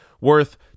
worth